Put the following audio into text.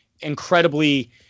incredibly